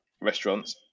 restaurants